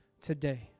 today